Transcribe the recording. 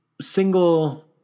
single